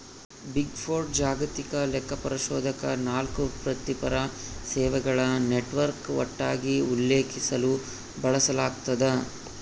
big four ಜಾಗತಿಕ ಲೆಕ್ಕಪರಿಶೋಧಕ ನಾಲ್ಕು ವೃತ್ತಿಪರ ಸೇವೆಗಳ ನೆಟ್ವರ್ಕ್ ಒಟ್ಟಾಗಿ ಉಲ್ಲೇಖಿಸಲು ಬಳಸಲಾಗ್ತದ